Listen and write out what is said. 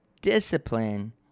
discipline